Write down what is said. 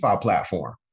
platform